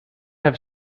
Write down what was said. have